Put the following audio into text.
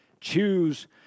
choose